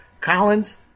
Collins